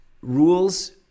rules